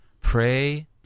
pray